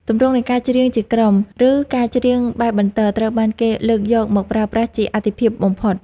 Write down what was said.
ទម្រង់នៃការច្រៀងជាក្រុម ឬការច្រៀងបែបបន្ទរ ត្រូវបានគេលើកយកមកប្រើប្រាស់ជាអាទិភាពបំផុត។